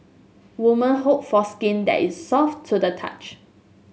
women hope for skin that is soft to the touch